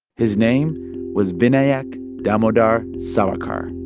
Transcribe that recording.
his name was vinayak damodar savarkar